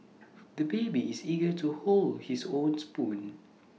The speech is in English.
the baby is eager to hold his own spoon